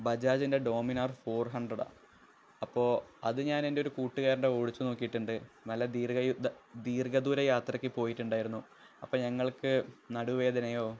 ബജാജിന്റെ Dominar four ഹൺഡ്രഡാണ് അപ്പോള് അത് ഞാനെന്റെ ഒരു കൂട്ടുകാരന്റെ ഓടിച്ച് നോക്കിയിട്ടുണ്ട് നല്ല ദീര്ഘ ദൂര യാത്രയ്ക്ക് പോയിട്ടുണ്ടായിരുന്നു അപ്പോള് ഞങ്ങള്ക്ക് നടുവേദനയോ